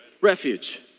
Refuge